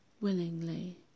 willingly